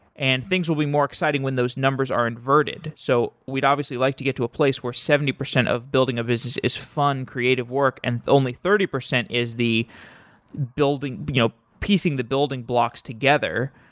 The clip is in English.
and things will be more exciting when those numbers are inverted. so we'd obviously like to get to a place where seventy percent of building a business is fun creative work and only thirty percent is the building you know piecing the building blocks together.